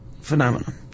phenomenon